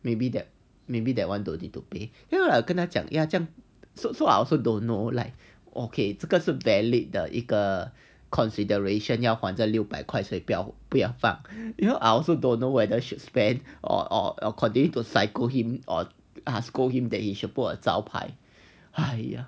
maybe that maybe that one don't need to pay you know like 我跟他讲 so so I also don't know like okay because of valid 的一个 consideration 要还这个六百块所以不要不要放 you know I also don't know whether should spend or I'll continue to psycho him or scold him that he should put a 招牌 !aiya!